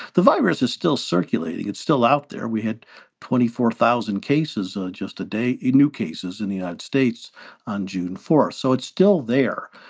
the virus is still circulating. it's still out there. we had twenty four thousand cases just today in new cases in the united states on june four. so it's still there.